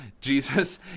Jesus